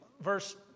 verse